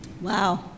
Wow